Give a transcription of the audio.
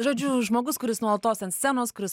žodžiu žmogus kuris nuolatos ant scenos kuris